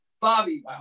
bobby